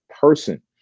person